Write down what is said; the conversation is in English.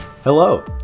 Hello